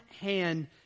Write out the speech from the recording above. hand